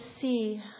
see